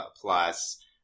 plus